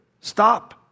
Stop